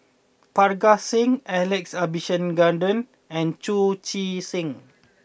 Parga Singh Alex Abisheganaden and Chu Chee Seng